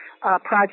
project